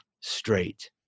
straight